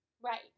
Right